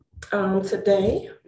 today